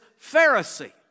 Pharisee